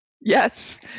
Yes